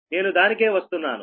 నేను దానికే వస్తున్నాను